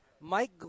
Mike